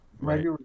right